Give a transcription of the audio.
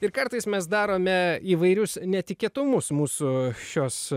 ir kartais mes darome įvairius netikėtumus mūsų šios